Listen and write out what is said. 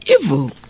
evil